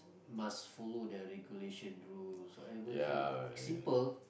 must follow the regulation rules whatever is it simple